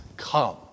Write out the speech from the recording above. Come